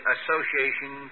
Association